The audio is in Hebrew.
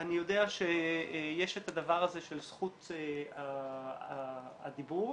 אני יודע שיש את הדבר הזה של חופש הדיבור,